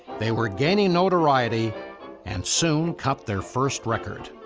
they were gaining notoriety and soon cut their first record.